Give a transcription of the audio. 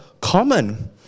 common